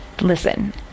listen